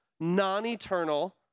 non-eternal